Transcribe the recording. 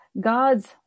God's